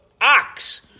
ox